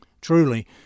Truly